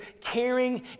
caring